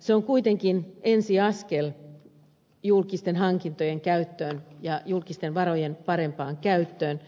se on kuitenkin ensi askel julkisten varojen parempaan käyttöön